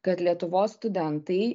kad lietuvos studentai